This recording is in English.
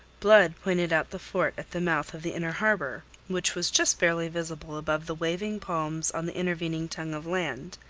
blood pointed out the fort at the mouth of the inner harbour, which was just barely visible above the waving palms on the intervening tongue of land.